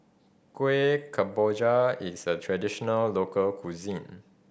Kueh Kemboja is a traditional local cuisine